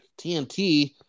TNT